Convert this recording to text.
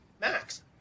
Max